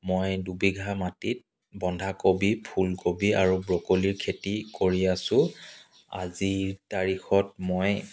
মই দুবিঘা মাটিত বন্ধাকবি ফুলকবি আৰু ব্ৰকলিৰ খেতি কৰি আছোঁ আজিৰ তাৰিখত মই